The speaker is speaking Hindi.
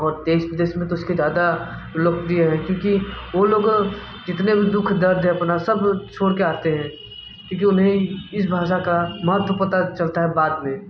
और देश विदेश में तो उसके ज़्यादा उपलब्धियाँ हैं क्योंकि वो लोग जितने भी दुःख दर्द है अपना सब छोड़ के आते हैं क्योंकि उन्हें इस भाषा का महत्त्व पता चलता है बाद में